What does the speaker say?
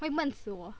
会闷死我